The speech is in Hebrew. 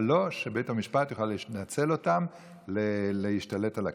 אבל לא שבית המשפט יוכל לנצל אותם להשתלט על הכנסת.